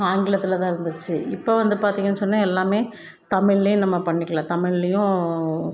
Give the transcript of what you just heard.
ஆங்கிலத்தில் தான் இருந்துச்சு இப்போ வந்து பார்த்தீங்கன் சொன்னால் எல்லாமே தமிழிலே நம்ம பண்ணிக்கலாம் தமிழ்லேயும்